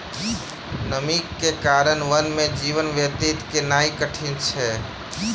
नमीक कारणेँ वन में जीवन व्यतीत केनाई कठिन छल